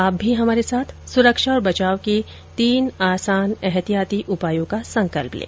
आप भी हमारे साथ सुरक्षा और बचाव के तीन आसान एहतियाती उपायों का संकल्प लें